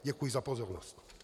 Děkuji za pozornost.